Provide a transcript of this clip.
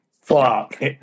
fuck